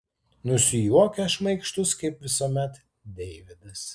nusijuokia šmaikštus kaip visuomet deividas